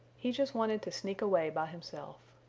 he just wanted to sneak away by himself.